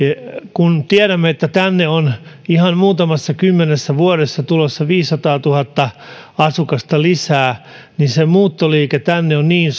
kun tiedämme että tänne on ihan muutamassa kymmenessä vuodessa tulossa viisisataatuhatta asukasta lisää niin se muuttoliike tänne on niin